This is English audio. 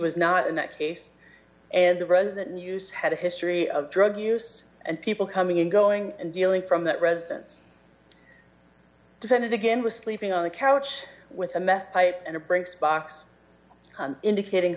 was not in that case and rather than use had a history of drug use and people coming and going and dealing from that residence defended again was sleeping on the couch with a meth pipe and it breaks box indicating